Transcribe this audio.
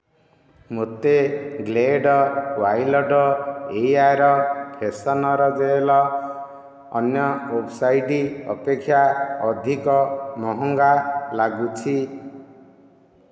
ମୋତେ Glade wild air freshener gel ଅନ୍ୟ website ଅପେକ୍ଷା ଅଧିକ ମହଙ୍ଗା ଲାଗୁଛି